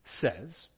says